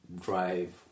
drive